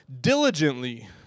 diligently